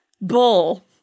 bull